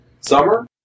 summer